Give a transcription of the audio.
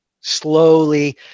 slowly